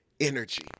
energy